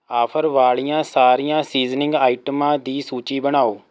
offer ਵਾਲੀਆਂ ਸਾਰੀਆਂ seasoning ਆਈਟਮਾਂ ਦੀ ਸੂਚੀ ਬਣਾਓ